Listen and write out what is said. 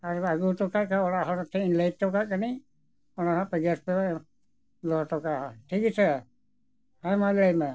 ᱟᱨ ᱡᱩᱫᱤᱯᱮ ᱟᱹᱜᱩ ᱦᱚᱴᱚ ᱠᱟᱜ ᱠᱷᱟᱱ ᱫᱚ ᱚᱲᱟᱜ ᱦᱚᱲ ᱴᱷᱮᱱ ᱤᱧ ᱞᱟᱹᱭ ᱦᱚᱴᱚ ᱠᱟᱜ ᱠᱟᱹᱱᱟᱹᱧ ᱚᱱᱟ ᱦᱟᱸᱜ ᱯᱮ ᱜᱮᱥ ᱯᱮ ᱫᱚᱦᱚ ᱦᱚᱴᱚ ᱠᱟᱜᱼᱟ ᱴᱷᱤᱠ ᱜᱮᱭᱟ ᱥᱮ ᱦᱮᱸᱢᱟ ᱞᱟᱹᱭ ᱢᱮ